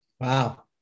Wow